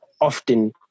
often